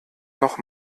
noch